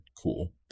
cool